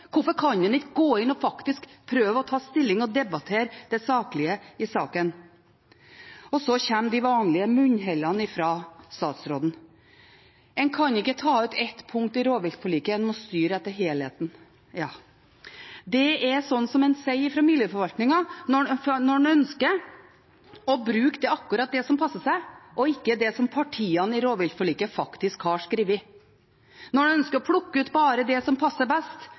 saklige i saken? Så kommer de vanlige munnhellene fra statsråden. En kan ikke ta ut ett punkt i rovviltforliket, en må styre etter helheten. Ja, det er slikt en sier fra miljøforvaltningen når en ønsker å bruke akkurat det som passer en, og ikke det som partiene i rovviltforliket faktisk har skrevet. Når en ønsker å plukke ut bare det som passer best,